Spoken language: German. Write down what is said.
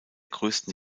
größten